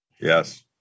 Yes